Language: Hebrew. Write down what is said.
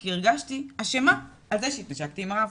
כי הרגשתי אשמה על כך שהתנשקתי עם הרב,